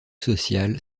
social